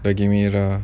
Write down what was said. daging merah